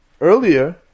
earlier